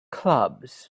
clubs